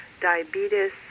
diabetes